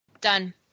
Done